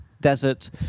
desert